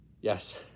Yes